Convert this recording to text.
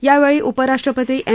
यावेळी उपराष्ट्रपती एम